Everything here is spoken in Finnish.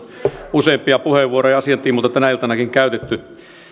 useampia puheenvuoroja asian tiimoilta tänä iltanakin käytetty